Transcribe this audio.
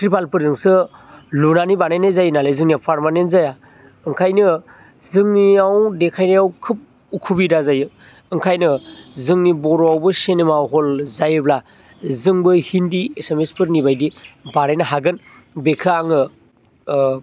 थ्रिफालफोरजोंसो लुनानै बानायनाय जायोनालाय जोंनियाव पारमानेन्ट जाया ओंखायनो जोंनियाव देखायनायाव खोब उसुबिदा जायो ओंखायनो जोंनि बर'आवबो सिनेमा हल जायोब्ला जोंबो हिन्दी एसामिसफोरनिबायदि बानायनो हागोन बेखो आङो ओ